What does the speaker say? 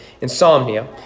insomnia